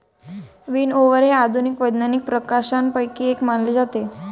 विनओवर हे आधुनिक वैज्ञानिक प्रकाशनांपैकी एक मानले जाते